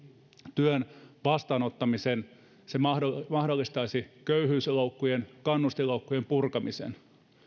työn vastaanottamisen se mahdollistaisi köyhyysloukkujen kannustinloukkujen purkamisen